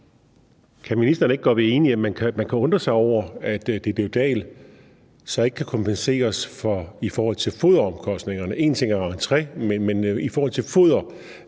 Kan ministeren ikke godt være enig i, at man kan undre sig over, at Ditlevsdal Bison Farm så ikke kan kompenseres i forhold til foderomkostningerne? Én ting er entré, men i forhold til foder